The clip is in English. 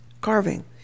carving